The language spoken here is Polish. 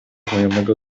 znajomego